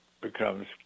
becomes